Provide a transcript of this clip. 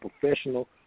professional